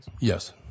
Yes